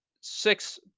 six